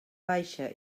baixa